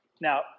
Now